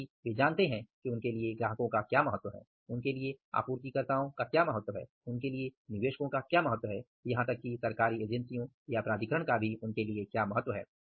क्योंकि वे जानते हैं कि उनके लिए ग्राहक का क्या महत्व है उनके लिए आपूर्तिकर्ता का क्या महत्व है उनके लिए निवेशकों का क्या महत्व है यहां तक कि सरकारी एजेंसी का भी उनके लिए क्या महत्व है